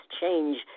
change